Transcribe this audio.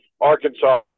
Arkansas